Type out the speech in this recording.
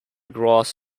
grass